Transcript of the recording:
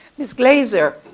ms. glazer,